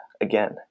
again